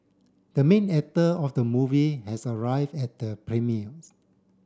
the main actor of the movie has arrive at the premieres